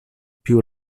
più